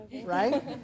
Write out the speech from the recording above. right